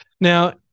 Now